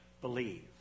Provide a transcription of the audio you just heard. believe